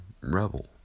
Rebel